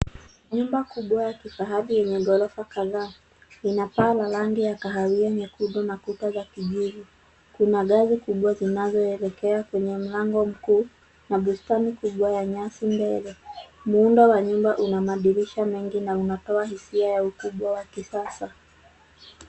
Nyumba kubwa ya kifahari yenye ghorofa kadhaa lina paa la rangi ya kahawai, nyekundu na kuta za kijivu. Kuna gari kubwa zinazoelekea kwenye mlango mkuu na bustani kubwa ya nyasi mbele. Muundo wa nyumba una madirisha mengi na unatoa hisia ya ukubwa wa kisasa.